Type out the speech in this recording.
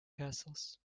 castles